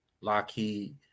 Lockheed